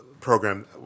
program